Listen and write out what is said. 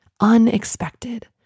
unexpected